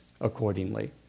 accordingly